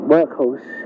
Workhorse